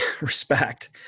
respect